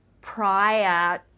prior